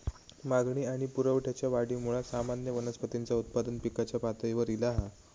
मागणी आणि पुरवठ्याच्या वाढीमुळा सामान्य वनस्पतींचा उत्पादन पिकाच्या पातळीवर ईला हा